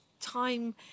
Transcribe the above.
time